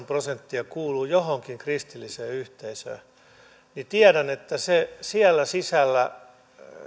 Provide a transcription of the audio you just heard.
prosenttia kuuluu johonkin kristilliseen yhteisöön ja tiedän että siellä sisällä